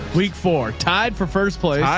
week four tied for first place?